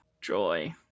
joy